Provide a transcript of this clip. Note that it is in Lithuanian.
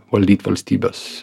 valdyt valstybės